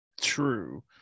true